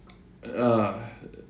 uh